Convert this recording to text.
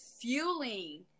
fueling